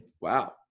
Wow